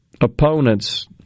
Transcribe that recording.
opponents